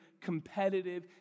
competitive